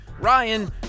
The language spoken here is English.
Ryan